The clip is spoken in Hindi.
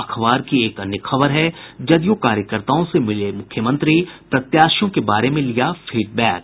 अखबार की एक अन्य खबर है जदयू कार्यकर्ताओं से मिले मुख्यमंत्री प्रत्याशियों के बारे में लिया फीडबैक